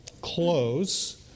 close